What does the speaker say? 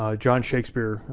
ah john shakespeare,